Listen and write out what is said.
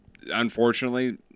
unfortunately